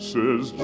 Says